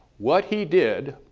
what he did